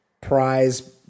prize